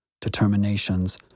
determinations